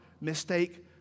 mistake